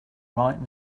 right